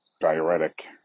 diuretic